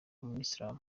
umuyisilamu